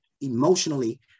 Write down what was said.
emotionally